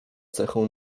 cechą